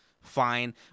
fine